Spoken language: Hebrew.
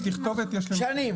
ותכתובת יש --- שני.